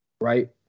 right